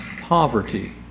poverty